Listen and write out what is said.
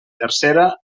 tercera